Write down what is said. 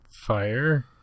fire